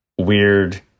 weird